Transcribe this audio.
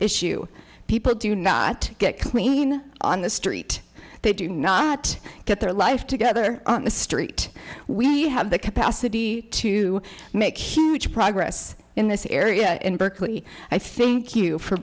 issue people do not get clean on the street they do not get their life together on the street we have the capacity to make huge progress in this area in berkeley i think you for